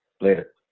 Later